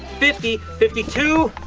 fifty, fifty-two,